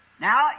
Now